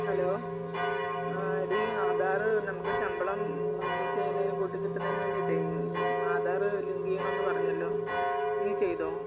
hello ആ ഡി ആധാറ് നമുക്ക് ശമ്പളം ഇത് ചെയ്യുന്നതിന് കൂട്ടി കിട്ടുന്നതിന് വേണ്ടീട്ടെ ആധാറ് ലിങ്ക് ചെയ്യണമെന്ന് പറഞ്ഞല്ലോ നീ ചെയ്തോ